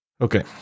Okay